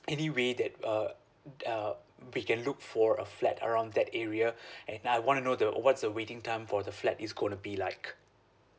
anyway that uh uh we can look for a flat around that area and I wanna know the what's the waiting time for the flat is gonna be like